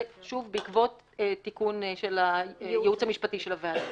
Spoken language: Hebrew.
בעקבות תיקון של הייעוץ המשפטי של הוועדה.